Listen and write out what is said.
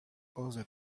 other